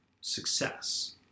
success